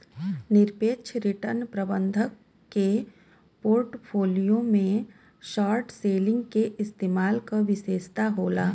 निरपेक्ष रिटर्न प्रबंधक के पोर्टफोलियो में शॉर्ट सेलिंग के इस्तेमाल क विशेषता होला